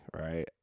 right